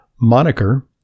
moniker